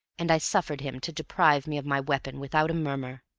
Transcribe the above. and i suffered him to deprive me of my weapon without a murmur.